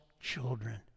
children